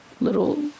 little